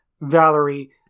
Valerie